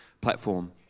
platform